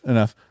Enough